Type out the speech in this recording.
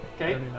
Okay